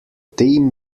team